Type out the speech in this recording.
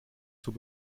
zur